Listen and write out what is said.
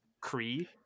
Kree